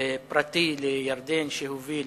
פרטי לירדן, שהוביל